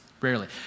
rarely